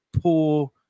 poor